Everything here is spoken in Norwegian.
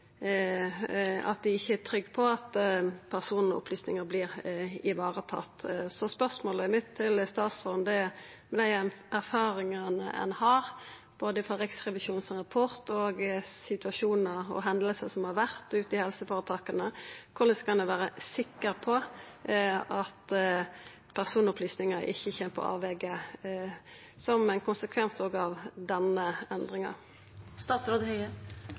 dei ikkje er trygge på at personopplysningar vert ivaretatte. Så spørsmålet mitt til statsråden er: Med dei erfaringane ein har, frå både Riksrevisjonens rapport og situasjonar og hendingar som har vore ute i helseføretaka, korleis kan ein vera sikker på at personopplysningar ikkje kjem på avvege som ein konsekvens òg av denne endringa?